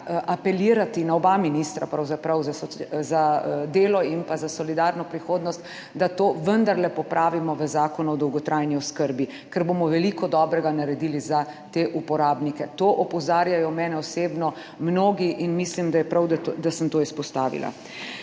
apelirati na oba ministra, za delo in za solidarno prihodnost, da to vendarle popravimo v Zakonu o dolgotrajni oskrbi, ker bomo veliko dobrega naredili za te uporabnike. Na to opozarjajo mene osebno mnogi in mislim, da je prav, da sem to izpostavila.